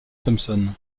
thomson